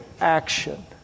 action